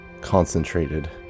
concentrated